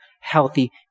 healthy